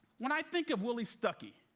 when i think of willie stuckey